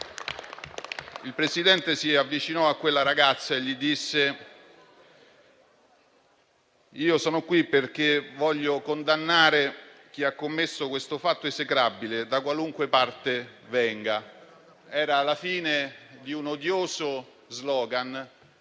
Il Presidente si avvicinò a quella ragazza e le disse: io sono qui perché voglio condannare chi ha commesso questo fatto esecrabile, da qualunque parte venga. Era la fine di un odioso *slogan*